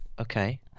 Okay